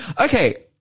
Okay